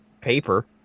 paper